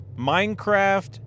minecraft